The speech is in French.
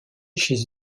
chez